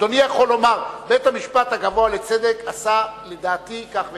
אדוני יכול לומר: בית-המשפט הגבוה לצדק עשה לדעתי כך וכך,